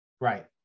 Right